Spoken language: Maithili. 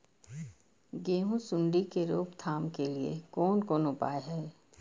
गेहूँ सुंडी के रोकथाम के लिये कोन कोन उपाय हय?